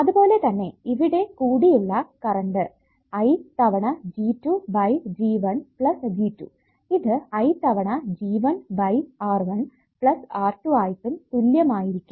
അതുപോലെ തന്നെ ഇവിടെ കൂടിയുള്ള കറണ്ട് I തവണ G2 by G1 plus G2 ഇത് I തവണ R1 by R1 plus R2 ആയിട്ടും തുല്യം ആയിരിക്കും